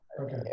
Okay